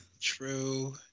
True